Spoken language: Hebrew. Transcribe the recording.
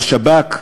לשב"כ,